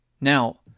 Now